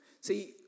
See